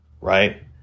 right